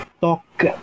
talk